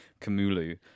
Kamulu